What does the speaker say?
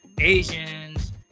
asians